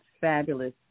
fabulous